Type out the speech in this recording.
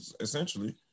essentially